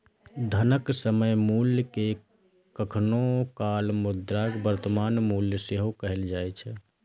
धनक समय मूल्य कें कखनो काल मुद्राक वर्तमान मूल्य सेहो कहल जाए छै